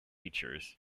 features